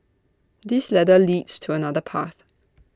this ladder leads to another path